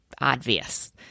obvious